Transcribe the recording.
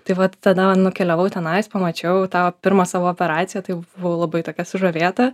tai vat tada nukeliavau tenais pamačiau tą pirmą savo operaciją tai buvau labai tokia sužavėta